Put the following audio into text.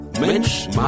Mensch